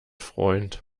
freund